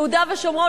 יהודה ושומרון,